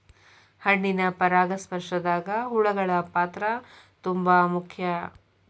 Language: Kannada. ಹಣ್ಣಿನ ಪರಾಗಸ್ಪರ್ಶದಾಗ ಹುಳಗಳ ಪಾತ್ರ ತುಂಬಾ ಮುಖ್ಯ